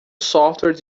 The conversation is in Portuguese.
software